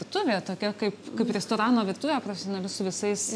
turi tokią kaip kaip restorano virtuvę profesionali su visais